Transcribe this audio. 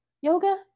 yoga